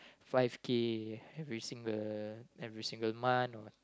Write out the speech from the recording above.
five K every single every single month or